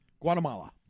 Guatemala